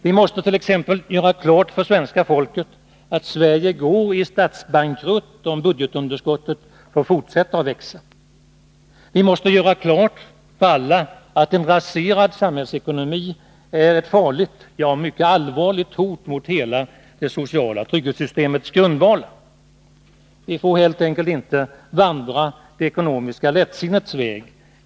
Vi måste t.ex. göra klart för svenska folket att Sverige går i statsbankrutt om budgetunderskottet får fortsätta att växa. Vi måste göra klart för alla att en raserad samhällsekonomi är ett farligt, ja, mycket allvarligt hot mot hela det sociala trygghetssystemets grundvalar. Vi får helt enkelt inte vandra det ekonomiska lättsinnets väg.